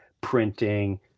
printing